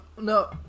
no